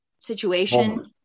situation